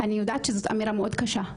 אני יודעת שזאת אמירה מאוד קשה,